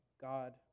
God